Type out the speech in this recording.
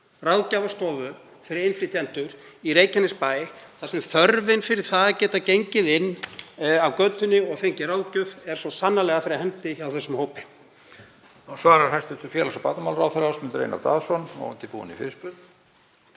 ráðgjafarstofu innflytjenda í Reykjanesbæ þar sem þörfin fyrir það að geta gengið inn af götunni og fengið ráðgjöf er svo sannarlega fyrir hendi hjá þessum hópi.